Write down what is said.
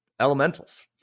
Elementals